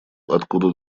откуда